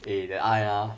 eh the R&R